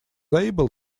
able